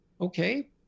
okay